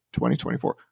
2024